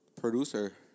Producer